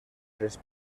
tres